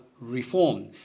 reform